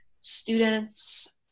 students